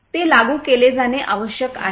ते लागू केले जाणे आवश्यक आहे